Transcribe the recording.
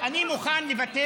אני מוכן לוותר.